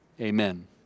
Amen